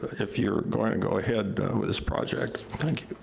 if you're going to go ahead with this project, thank you.